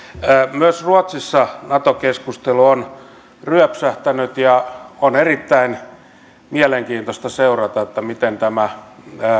myös ruotsissa nato keskustelu on ryöpsähtänyt ja on erittäin mielenkiintoista seurata myös miten tämä